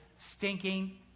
Stinking